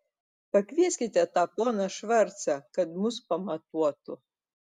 pakvieskite tą poną švarcą kad mus pamatuotų